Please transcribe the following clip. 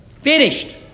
Finished